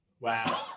Wow